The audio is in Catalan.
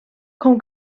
com